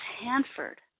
Hanford